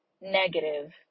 negative